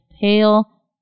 pale